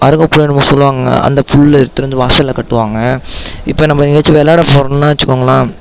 அருகம்புல்லுனு என்னமோ சொல்வாங்க அந்த புல்லை எடுத்துட்டு வந்து வாசலில் கட்டுவாங்க இப்போ நம்ம எங்கேயாச்சும் விளையாட போகிறோன்னு வச்சிக்கோங்களேன்